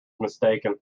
mistaken